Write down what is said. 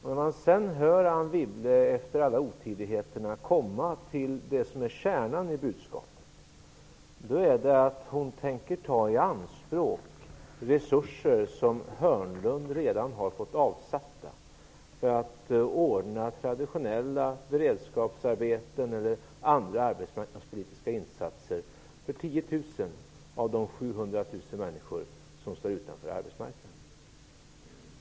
När man sedan efter alla otidigheterna hör Anne Wibble komma till kärnan i budskapet, får man höra att hon tänker ta resurser i anspråk som Börje Hörnlund redan fått avsatta för att åstadkomma traditionella beredskapsarbeten och andra arbetsmarknadspolitiska insatser för 10 000 av de 700 000 människor som står utanför arbetsmarknaden.